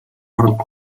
оронд